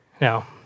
Now